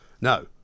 No